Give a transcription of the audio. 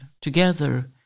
together